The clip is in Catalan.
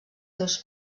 seus